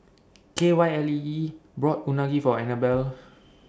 Kylee bought Unagi For Anabel